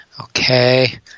Okay